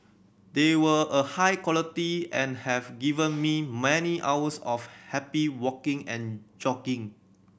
they were a high quality and have given me many hours of happy walking and jogging